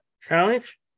challenge